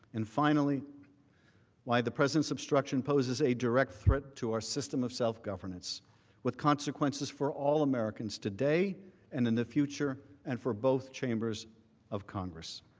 and why the president's obstruction poses a direct threat to our system of self-governance with consequences for all americans today and in the future and for both chambers of congress.